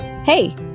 Hey